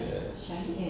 ya